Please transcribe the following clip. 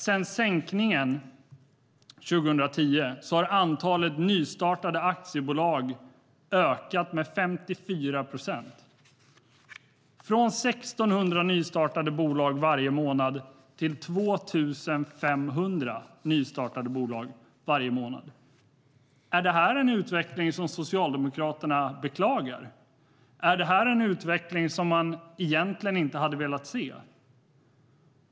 Sedan sänkningen 2010 har vi sett hur antalet nystartade aktiebolag har ökat med 54 procent, från 1 600 nystartade bolag varje månad till 2 500 nystartade bolag varje månad. Är det en utveckling som Socialdemokraterna beklagar? Är det en utveckling som man egentligen inte hade velat se?